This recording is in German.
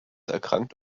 erkrankt